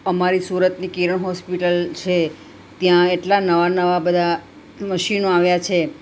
અમારી સુરતની કિરણ હોસ્પિટલ છે ત્યાં એટલા નવા નવા બધા મશીનો આવ્યા છે